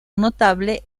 notable